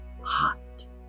hot